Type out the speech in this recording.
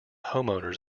homeowners